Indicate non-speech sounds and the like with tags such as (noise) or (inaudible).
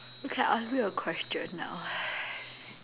okay I ask you a question now (noise)